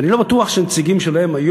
ואני לא בטוח שהנציגים של חברי הליכוד